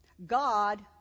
God